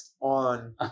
on